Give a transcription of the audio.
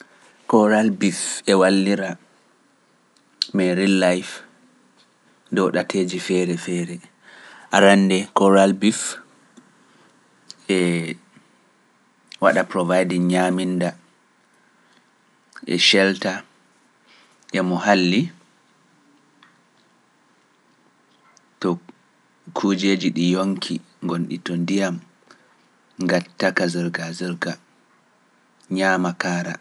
Koral bif e wallira me real life dow ɗateeji feere feere arannde koral bif e waɗa probaadi ñaaminda e celta e muhalli to kujeeji ɗi yonki ngonɗi to to ndiyam, ngatta ka zirga-zirga, ñaama kaara.